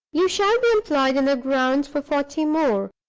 you shall be employed in the grounds for forty more,